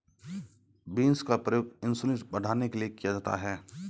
beans का प्रयोग insulin बढ़ाने के लिए किया जाता है